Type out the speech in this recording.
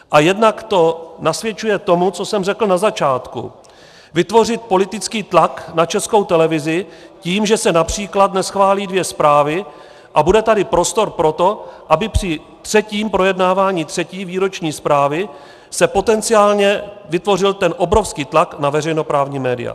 A jednak to nasvědčuje tomu, co jsem řekl na začátku Vytvořit politický tlak na Českou televizi tím, že se například neschválí dvě zprávy a bude tady prostor pro to, aby při třetím projednávání třetí výroční zprávy se potenciálně vytvořil ten obrovský tlak na veřejnoprávní média.